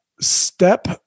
step